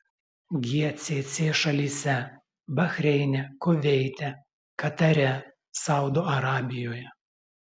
gcc šalyse bahreine kuveite katare saudo arabijoje